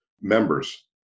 members